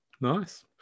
nice